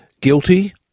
guilty